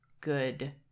good